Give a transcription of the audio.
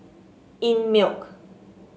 einmilk